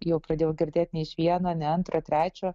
jau pradėjau girdėt ne iš vieno ne antro trečio